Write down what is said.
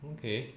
okay